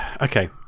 okay